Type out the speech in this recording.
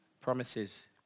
promises